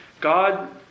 God